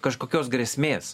kažkokios grėsmės